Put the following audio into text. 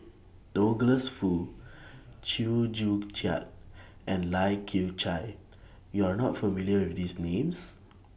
Douglas Foo Chew Joo Chiat and Lai Kew Chai YOU Are not familiar with These Names